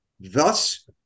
Thus